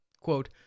Quote